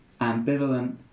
Ambivalent